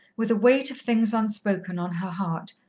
with a weight of things unspoken on her heart,